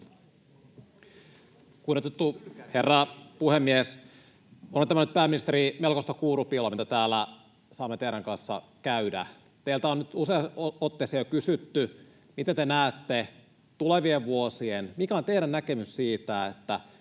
Kunnioitettu herra puhemies! Onhan tämä nyt, pääministeri, melkoista kuurupiiloa, mitä täällä saamme teidän kanssanne käydä. Teiltä on nyt jo useaan otteeseen kysytty, miten te näette tulevien vuosien osalta, tuleeko teidän näkemyksenne